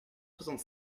soixante